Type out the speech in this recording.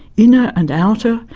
inner and outer,